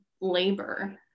labor